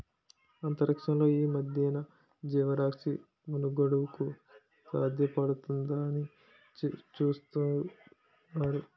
అంతరిక్షంలో ఈ మధ్యన జీవరాశి మనుగడకు సాధ్యపడుతుందాని చూతున్నారు